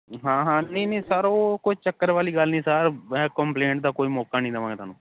ਹਾਂ ਹਾਂ ਨਹੀਂ ਨਹੀਂ ਸਰ ਉਹ ਕੋਈ ਚੱਕਰ ਵਾਲੀ ਗੱਲ ਨਹੀਂ ਸਰ ਕੰਪਲੇਂਟ ਦਾ ਕੋਈ ਮੌਕਾ ਨਹੀਂ ਦਵਾਂਗੇ ਤੁਹਾਨੂੰ